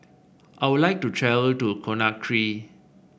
I would like to travel to Conakry